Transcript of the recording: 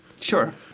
Sure